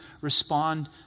respond